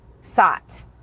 sought